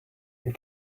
you